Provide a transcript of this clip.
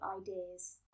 ideas